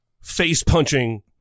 face-punching